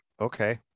okay